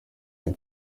muri